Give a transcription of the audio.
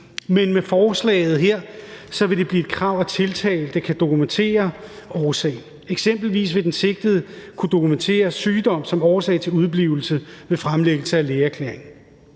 men med forslaget her vil det blive et krav, at tiltalte kan dokumentere årsagen; eksempelvis vil den sigtede kunne dokumentere sygdom som årsag til udeblivelse ved fremlæggelse af lægeerklæring.